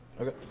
Okay